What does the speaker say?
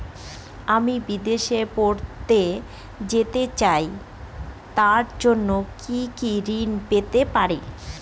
আমি বিদেশে পড়তে যেতে চাই তার জন্য কি কোন ঋণ পেতে পারি?